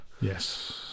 Yes